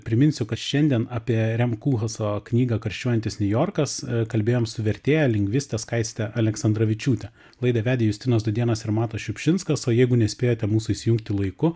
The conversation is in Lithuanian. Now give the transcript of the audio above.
priminsiu kad šiandien apie rem kulchaso knygą karščiuojantis niujorkas kalbėjom su vertėja lingviste skaiste aleksandravičiūte laidą vedė justinas dūdėnas ir matas šiupšinskas o jeigu nespėjote mūsų įsijungti laiku